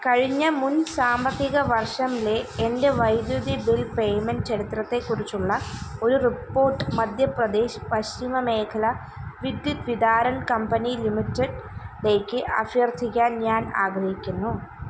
കഴിഞ്ഞ മുൻ സാമ്പത്തിക വർഷംലെ എന്റെ വൈദ്യുതി ബിൽ പേയ്മെൻറ്റ് ചരിത്രത്തെക്കുറിച്ചുള്ള ഒരു റിപ്പോട്ട് മദ്ധ്യപ്രദേശ് പശ്ചിമ മേഖല വിദ്യുത് വിതാരൺ കമ്പനി ലിമിറ്റഡ്ലേക്ക് അഭ്യർത്ഥിക്കാൻ ഞാൻ ആഗ്രഹിക്കുന്നു